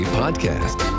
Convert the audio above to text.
podcast